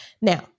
Now